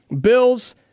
Bills